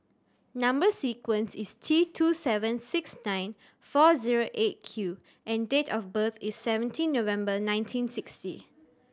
number sequence is T two seven six nine four zero Eight Q and date of birth is seventeen November nineteen sixty